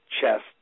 chest